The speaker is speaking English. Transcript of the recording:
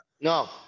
No